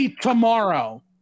tomorrow